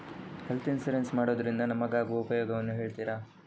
Health insurance ಮಾಡೋದ್ರಿಂದ ನಮಗಾಗುವ ಉಪಯೋಗವನ್ನು ಹೇಳ್ತೀರಾ?